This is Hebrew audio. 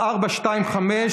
האשראי שלהם.